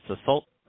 Assault